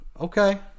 okay